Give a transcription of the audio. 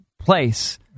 Place